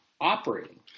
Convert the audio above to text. Operating